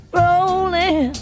rolling